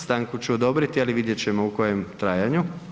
Stanku ću odobriti, ali vidjet ćemo u kojem trajanju.